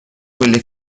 quelle